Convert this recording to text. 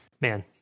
man